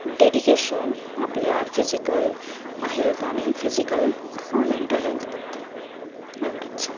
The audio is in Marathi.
डेडिकेशन आपल्या फिजिकल हेल्थ आणि फिजिकल मेंटल हेल्थबद्दल एवढंच